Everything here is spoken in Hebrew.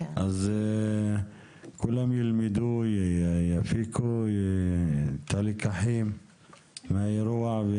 כולם ילמדו ויפיקו את הלקחים מהאירוע.